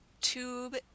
tube